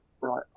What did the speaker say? right